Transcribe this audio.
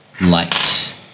light